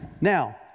now